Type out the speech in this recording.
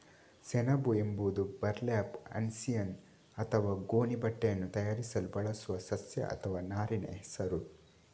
ಸೆಣಬು ಎಂಬುದು burlap, hessian ಅಥವಾ ಗೋಣಿ ಬಟ್ಟೆಯನ್ನು ತಯಾರಿಸಲು ಬಳಸುವ ಸಸ್ಯ ಅಥವಾ ನಾರಿನ ಹೆಸರು